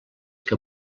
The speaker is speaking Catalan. que